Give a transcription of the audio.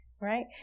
right